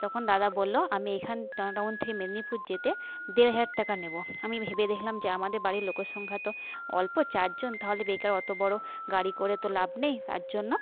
তখন দাদা বললো আমি এখন টা টাউন থেকে মেদনীপুর যেতে দেড় হাজার টাকা নেবো আমি ভেবে দেখলাম যে আমাদের বাড়ির লোকর সংখ্যা তো অল্প চারজন তাহলে বেকার অত বড়ো গাড়ি করে তো লাভ নেই তার জন্য